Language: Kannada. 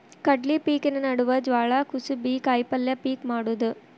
ಕಡ್ಲಿ ಪಿಕಿನ ನಡುವ ಜ್ವಾಳಾ, ಕುಸಿಬಿ, ಕಾಯಪಲ್ಯ ಪಿಕ್ ಮಾಡುದ